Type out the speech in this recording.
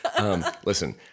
Listen